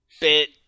bit